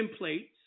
templates